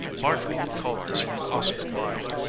marjorie had culled this from oscar wilde.